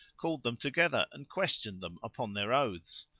called them together and questioned them upon their oaths,